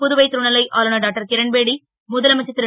புதுவை துணை லை ஆளுநர் டாக்டர் கிரண்பேடி முதலமைச்சர் ரு